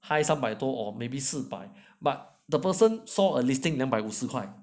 high 三百多 or maybe 四百 but the person saw a listing 两百五十块